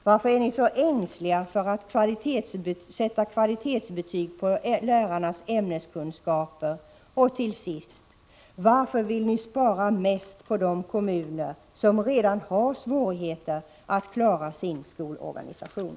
Varför är ni så ängsliga för att sätta kvalitetsbetyg på lärarnas ämneskunskaper? Och till sist: Varför vill ni spara mest på de kommuner som redan har svårigheter att klara sin skolorganisation?